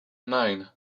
nine